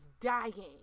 dying